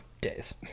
days